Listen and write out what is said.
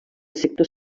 sector